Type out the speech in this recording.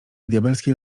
diabelskiej